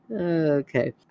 okay